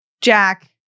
Jack